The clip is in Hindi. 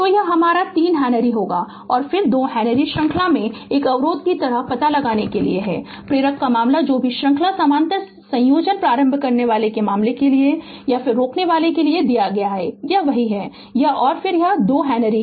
तो यह हमारा 3 हेनरी होगा और फिर 2 हेनरी श्रृंखला में एक अवरोधक की तरह पता लगाने के लिए है प्रेरक का मामला जो भी श्रृंखला समानांतर संयोजन प्रारंभ करनेवाला मामले के लिए रोकनेवाला के लिए किया गया है वह वही है और यह और फिर यह 2 हेनरी है